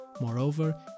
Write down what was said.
Moreover